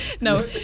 no